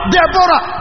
Deborah